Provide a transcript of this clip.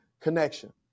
connection